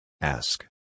Ask